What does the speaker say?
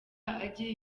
agira